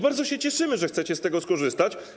Bardzo się cieszymy, że chcecie z tego skorzystać.